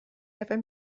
ever